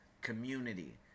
community